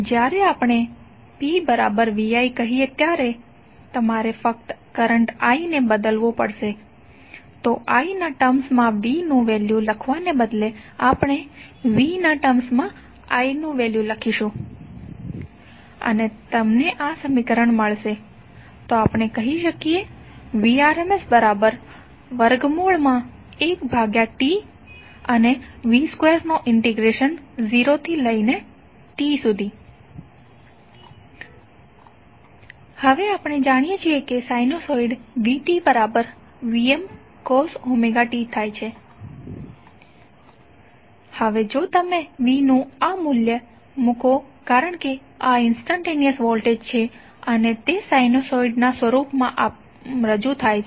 જ્યારે આપણે Pvi કહીએ ત્યારે તમારે ફક્ત કરંટ i ને બદલવું પડશે તો i ના ટર્મ્સ માં v નું વેલ્યુ લખવાને બદલે આપણે v ના ટર્મ્સ માં i નું વેલ્યુ લખીશું અને તમને આ સમીકરણ મળશે તો આપણે કરી શકીએ Vrms1T0Tv2dt હવે આપણે જાણીએ છીએ કે સાઇનોસોઈડ vtVmcost હવે જો તમે v નું આ વેલ્યુ મૂકો કારણ કે આ ઇંસ્ટંટેનીઅસ વોલ્ટેજ છે અને તે સાઇનોસોઈડ ના રૂપમાં રજૂ થાય છે